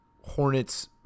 Hornets